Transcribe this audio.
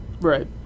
Right